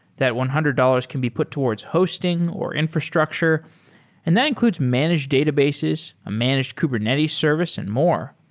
that one hundred dollars can be put towards hosting or infrastructure and that includes managed databases, a managed kubernetes service and more.